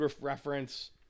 reference